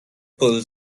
pull